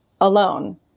alone